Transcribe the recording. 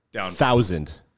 Thousand